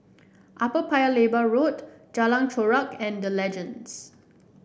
Upper Paya Lebar Road Jalan Chorak and The Legends